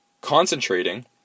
concentrating